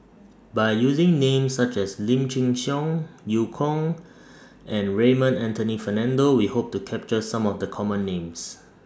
By using Names such as Lim Chin Siong EU Kong and Raymond Anthony Fernando We Hope to capture Some of The Common Names